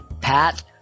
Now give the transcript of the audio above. Pat